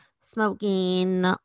smoking